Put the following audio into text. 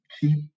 cheap